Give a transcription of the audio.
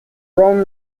rome